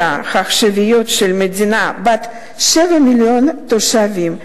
העכשוויים של מדינה בת 7 מיליון תושבים,